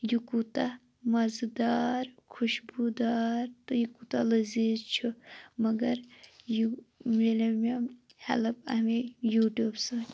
یہِ کوٗتاہ مَزٕدار خوشبو دار تہٕ یہٕ کوٗتاہ لٔزیز چھُ مَگَر یہِ ملِیو مےٚ ہیٚلٕپ امے یوٹِیوب سۭتۍ